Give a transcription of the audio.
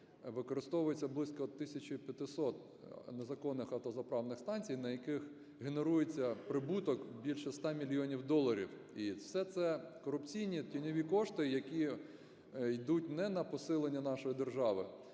використовується близько 1 тисячі 500 незаконних автозаправних станцій, на яких генерується прибуток більше 100 мільйонів доларів, і все це корупційні тіньові кошти, які йдуть не на посилення нашої держави,